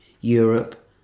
Europe